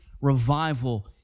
revival